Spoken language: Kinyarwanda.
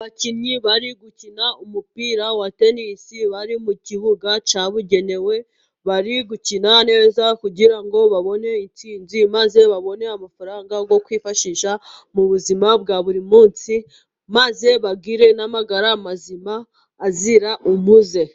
Abakinnyi bari gukina umupira wa tenisi, bari mu kibuga cyabugenewe, bari gukina neza kugirango babone intsinzi maze babone amafaranga yo kwifashisha mu buzima bwa buri munsi, maze bagire n'amagara mazima azira umuze.